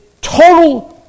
total